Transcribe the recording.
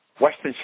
Western